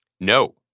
No